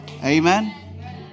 Amen